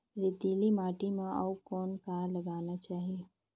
रेतीली माटी म अउ कौन का लगाना चाही?